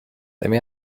lemme